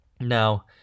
Now